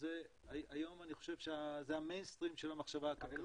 היום אני חושב שזה המיינסטרים של המחשבה הכלכלית.